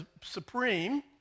supreme